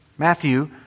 Matthew